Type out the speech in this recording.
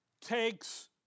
takes